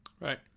Right